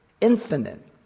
infinite